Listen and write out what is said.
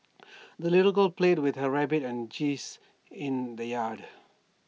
the little girl played with her rabbit and geese in the yard